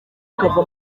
akava